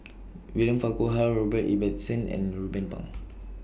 William Farquhar Robert Ibbetson and Ruben Pang